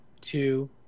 two